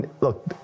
look